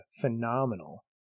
phenomenal